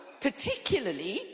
particularly